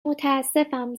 متاسفم